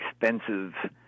expensive